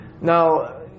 Now